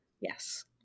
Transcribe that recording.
Yes